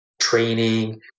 training